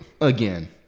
again